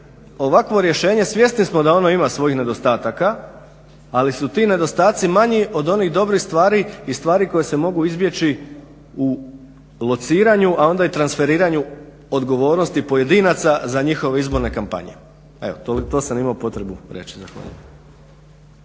ovakvo rješenje svjesni smo da ono ima svojih nedostataka ali su ti nedostaci manji od onih dobrih stvari i stvari koje se mogu izbjeći u lociranju, a onda i transferiranju odgovornosti pojedinaca za njihove izborne kampanje. Evo, to sam imao potrebu reći.